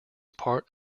part